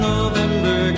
November